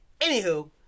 Anywho